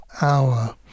hour